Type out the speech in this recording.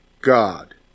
God